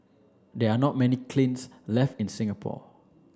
there are not many kilns left in Singapore